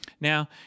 Now